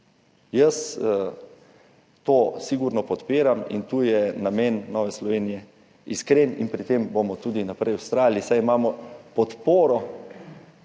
Jaz to sigurno podpiram in tu je namen Nove Slovenije iskren in pri tem bomo tudi naprej vztrajali, saj imamo podporo